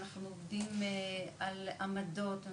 אנחנו עובדים על עמדות,